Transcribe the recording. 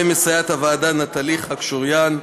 ולסייעת הוועדה נטלי חקשוריאן.